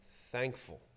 thankful